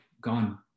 gone